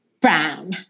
Brown